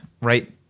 right